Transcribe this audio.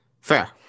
Fair